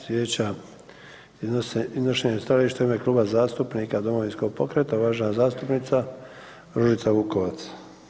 Sljedeća, iznošenja stajališta u ime Kluba zastupnika Domovinskog pokreta, uvažena zastupnica Ružica Vukovac.